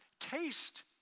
taste